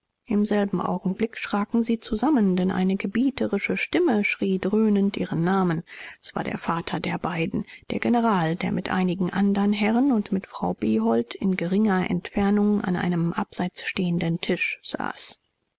im selben augenblick schraken sie zusammen denn eine gebieterische stimme schrie dröhnend ihren namen es war der vater der beiden der general der mit einigen andern herren und mit frau behold in geringer entfernung an einem abseits stehenden tisch saß